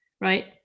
right